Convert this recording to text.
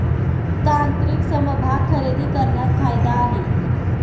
तांत्रिक समभाग खरेदी करण्यात फायदा आहे